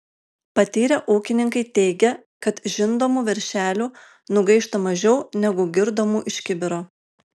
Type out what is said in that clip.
patyrę ūkininkai teigia kad žindomų veršelių nugaišta mažiau negu girdomų iš kibiro